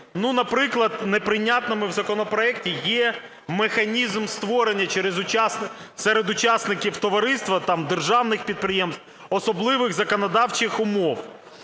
наприклад, неприйнятними в законопроекті є механізм створення серед учасників товариства державних підприємств особливих законодавчих умов,